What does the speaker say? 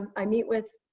i meet with,